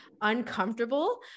uncomfortable